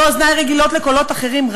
ואוזני רגילות לקולות אחרים,